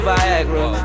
Viagra